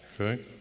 Okay